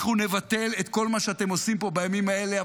אנחנו נבטל את כל מה שאתם עושים פה בימים האלה.